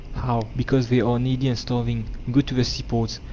how? because they are needy and starving. go to the seaports,